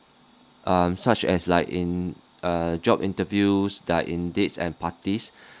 um such as like in uh job interviews uh in dates and parties